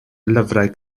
lyfrau